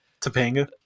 Topanga